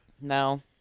No